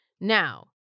Now